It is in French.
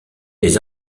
les